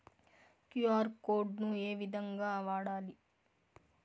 QR code ను ఏ విధంగా వాడాలి?